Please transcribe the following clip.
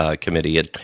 committee